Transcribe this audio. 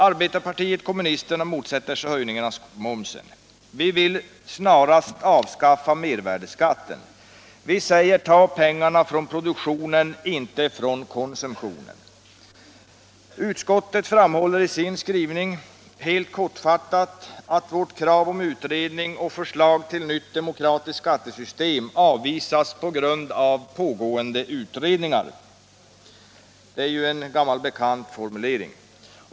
Arbetarpartiet kommunisterna motsätter sig höjningen av momsen. Vi vill snarast avskaffa mervärdeskatten. Vi säger: Ta pengarna från produktionen, inte från konsumtionen. Utskottet framhåller i sin skrivning helt kortfattat att vårt krav på utredning om och förslag till nytt demokratiskt skattesystem avvisas på grund av pågående utredningar. Det är en gammal bekant formulering.